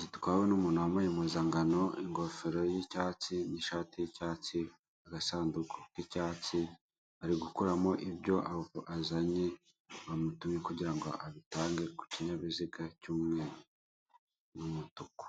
gitwawe n'umuntu wambaye impuzangano ingofero y'icyatsi n'ishati y'icyatsi agasanduku k'icyatsi ari gukuramo ibyo azanye bamutumye kugira ngo abitange ku kinyabiziga cy'umweru n'umutuku.